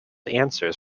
answers